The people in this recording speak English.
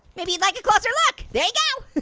maybe you'd like a closer look. there you go!